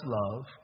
love